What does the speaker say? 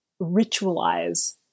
ritualize